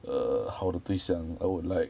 好的对象 I would like